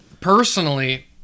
Personally